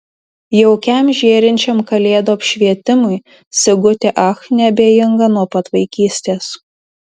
jaukiam žėrinčiam kalėdų apšvietimui sigutė ach neabejinga nuo pat vaikystės